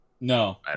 No